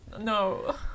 no